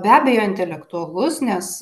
be abejo intelektualus nes